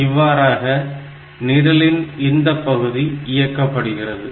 இவ்வாறாக நிரலின் இந்தப் பகுதி இயக்கப்படுகிறது